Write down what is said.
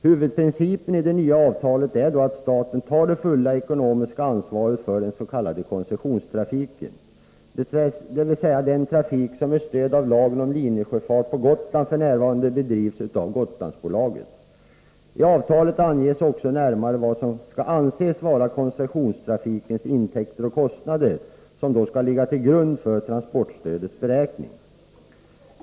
Huvudprincipen i det nya avtalet är då att staten tar det fulla ekonomiska ansvaret för den s.k. koncessionstrafiken, dvs. den trafik som med stöd av lagen om linjesjöfart på Gotland f. n. upprätthålls av Gotlandsbolaget. I avtalet anges också närmare vad som skall anses vara koncessionstrafikens intäkter och kostnader, vilka skall ligga till grund för transportstödets beräkning.